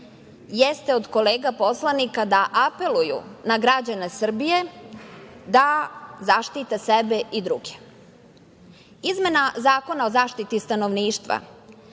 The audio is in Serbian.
jeste od kolega poslanika da apeluju na građane Srbije da zaštite sebe i druge. Izmena Zakona o zaštiti stanovništva